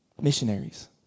Missionaries